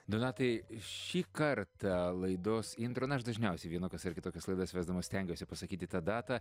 donatai šį kartą laidos intro na aš dažniausiai vienokias ar kitokias laidas vesdamas stengiuosi pasakyti tą datą